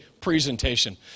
presentation